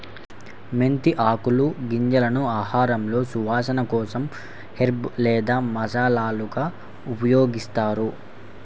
మెంతి ఆకులు, గింజలను ఆహారంలో సువాసన కోసం హెర్బ్ లేదా మసాలాగా ఉపయోగిస్తారు